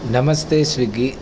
नमस्ते स्विग्गी